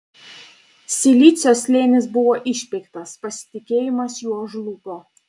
silicio slėnis buvo išpeiktas pasitikėjimas juo žlugo